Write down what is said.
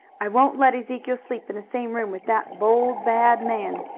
i won't let ezekiel sleep in the same room with that bold, bad man.